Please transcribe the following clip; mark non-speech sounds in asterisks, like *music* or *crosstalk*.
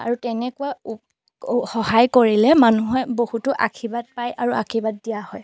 আৰু তেনেকুৱা *unintelligible* সহায় কৰিলে মানুহে বহুতো আশীৰ্বাদ পায় আৰু আশীৰ্বাদ দিয়া হয়